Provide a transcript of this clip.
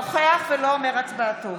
נוכח ולא אומר הצבעתו